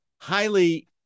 highly